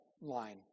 line